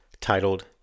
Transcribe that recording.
titled